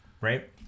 right